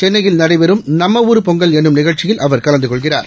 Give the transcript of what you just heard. சென்னையில் நடைபெறும் நம்ம ஊரு பொங்கல் என்னும் நிகழ்ச்சியில் அவர் கலந்து கொள்கிறார்